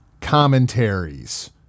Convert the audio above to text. commentaries